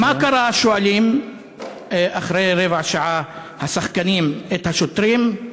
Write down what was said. מה קרה, שואלים אחרי רבע שעה השחקנים את השוטרים.